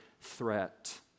threat